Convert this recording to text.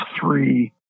three